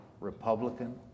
Republican